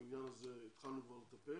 ובעניין הזה כבר התחלנו לטפל.